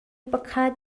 pakhat